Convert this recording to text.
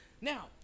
Now